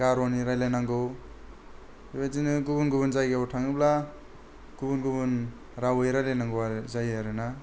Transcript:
गार'नि रायज्लाय नांगौ बेबादिनो गुबुन गुबुन जायगायाव थाङोब्ला गुबुन गुबुन रावै रायलायनांगौ जायो आरोना